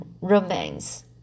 romance